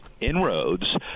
inroads